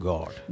God